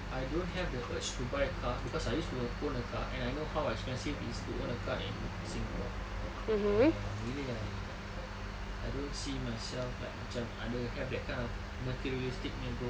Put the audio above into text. I don't have the urge to buy a car cause I use to own a car and I know how expensive to own a car in singapore and really I I don't see myself like macam ada have that kind of materialistic punya goals